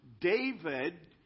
David